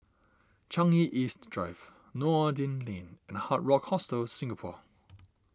Changi East Drive Noordin Lane and Hard Rock Hostel Singapore